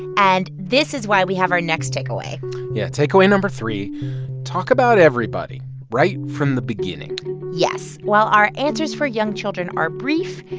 and this is why we have our next takeaway yeah. takeaway no. three talk about everybody right from the beginning yes. while our answers for young children are brief,